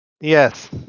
Yes